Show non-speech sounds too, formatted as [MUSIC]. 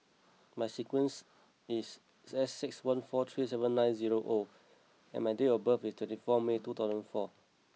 my sequence is [NOISE] S six one four three seven nine zero O and my date of birth is twenty four May two thousand four